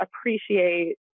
appreciate